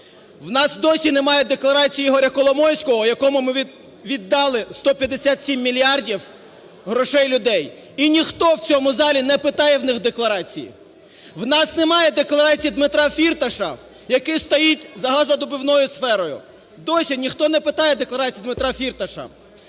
немає досі декларації Ігоря Коломойського, якому ми віддали 157 мільярдів грошей людей, і ніхто в цьому залі не питає в них декларацій. У нас немає декларації Дмитра Фірташа, який стоїть за газовидобувною сферою, досі ніхто не питає декларації Дмитра Фірташа.